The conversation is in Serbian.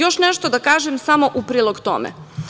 Još nešto da kažem samo u prilog tome.